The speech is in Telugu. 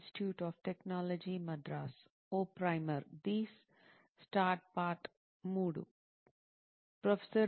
క్యూరియో అవును సార్